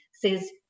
says